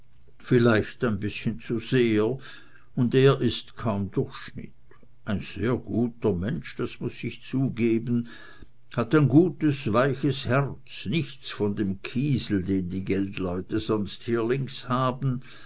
vielleicht ein bißchen zu sehr und er ist kaum durchschnitt ein sehr guter mensch das muß ich zugehen hat ein gutes weiches herz nichts von dem kiesel den die geldleute sonst hier links haben